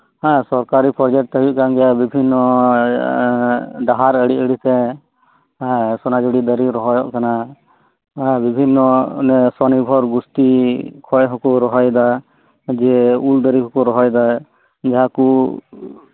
ᱦᱮᱸ ᱥᱚᱨᱠᱟᱨᱤ ᱯᱨᱚᱡᱮᱴ ᱦᱩᱭᱩᱜ ᱠᱟᱱᱟ ᱜᱮᱭᱟ ᱵᱤᱵᱷᱤᱱᱱᱚ ᱰᱟᱦᱟᱨ ᱟᱲᱮ ᱟᱲᱮᱛᱮ ᱦᱮᱸ ᱥᱚᱱᱟᱡᱷᱩᱨᱤ ᱫᱟᱨᱤ ᱨᱚᱦᱚᱭᱚᱜ ᱠᱟᱱᱟ ᱵᱤᱵᱷᱤᱱᱱᱚ ᱚᱱᱮ ᱥᱚᱱᱤᱨᱵᱷᱚᱨ ᱜᱚᱥᱴᱤ ᱠᱷᱚᱡ ᱦᱚᱠᱩ ᱨᱚᱦᱚᱭᱮᱫᱟ ᱡᱮ ᱩᱞᱫᱟᱨᱤ ᱦᱚᱠᱩ ᱨᱚᱦᱚᱭᱮᱫᱟ ᱡᱟᱦᱟᱸᱠᱩ